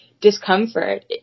discomfort